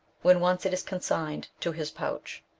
when once it is consigned to his pouch.